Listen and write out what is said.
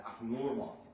abnormal